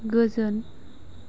गोजोन